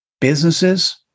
businesses